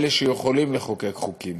אלה שיכולים לחוקק חוקים: